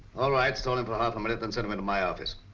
all right. stall him for a half-minute then send him into my office.